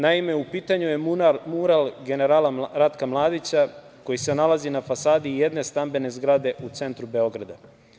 Naime, u pitanju je mural generala Ratka Mladića koji se nalazi na fasadi jedne stambene zgrade u centru Beograda.